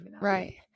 right